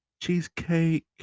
cheesecake